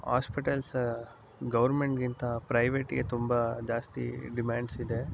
hospitals ಗೌರ್ಮೆಂಟ್ಗಿಂತ ಪ್ರೈವೇಟ್ಗೆ ತುಂಬ ಜಾಸ್ತಿ ಡಿಮ್ಯಾಂಡ್ಸಿದೆ